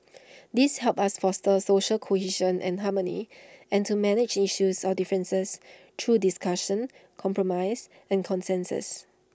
these help us foster social cohesion and harmony and to manage issues or differences through discussion compromise and consensus